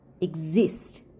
exist